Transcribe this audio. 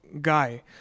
guy